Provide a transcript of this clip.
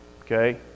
okay